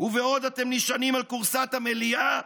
ובעוד אתם נשענים על כורסת המליאה,